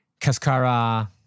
Cascara